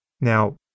Now